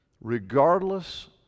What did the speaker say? Regardless